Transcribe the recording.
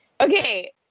okay